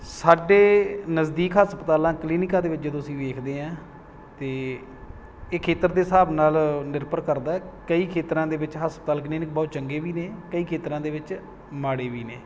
ਸਾਡੇ ਨਜ਼ਦੀਕ ਹਸਪਤਾਲਾਂ ਕਲੀਨਕਾਂ ਦੇ ਵਿੱਚ ਜਦੋਂ ਅਸੀਂ ਵੇਖਦੇ ਹਾਂ ਅਤੇ ਇਹ ਖੇਤਰ ਦੇ ਹਿਸਾਬ ਨਾਲ ਨਿਰਭਰ ਕਰਦਾ ਹੈ ਕਈ ਖੇਤਰਾਂ ਦੇ ਵਿਚ ਹਸਪਤਾਲ ਕਲੀਨਿਕ ਬਹੁਤ ਚੰਗੇ ਵੀ ਨੇ ਕਈ ਖੇਤਰਾਂ ਦੇ ਵਿੱਚ ਮਾੜੇ ਵੀ ਨੇ